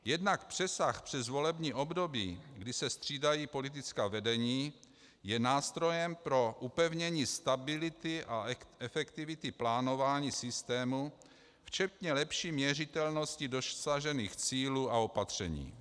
Jednak přesah přes volební období, kdy se střídají politická vedení, je nástrojem pro upevnění stability a efektivity plánování systému, včetně lepší měřitelnosti dosažených cílů a opatření.